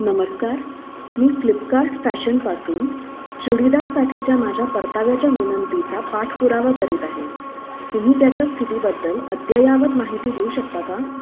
नमस्कार मी फ्लिपकार्ट फॅशनपासून चुडीदारसाठीच्या माझ्या परताव्याच्या विनंतीचा पाठपुरावा करीत आहे तुम्ही त्याच्या स्थितीबद्दल अद्ययावत माहिती देऊ शकता का